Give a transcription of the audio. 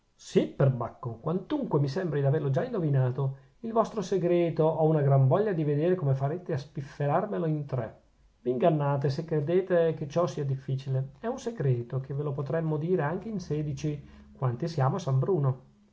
sì perbacco quantunque mi sembri d'averlo già indovinato il vostro segreto ho una gran voglia di vedere come farete a spifferarmelo in tre v'ingannate se credete che ciò sia difficile è un segreto che ve lo potremmo dire anche in sedici quanti siamo a san bruno